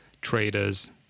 traders